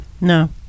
No